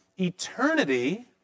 eternity